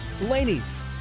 Laney's